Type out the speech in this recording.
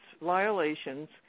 violations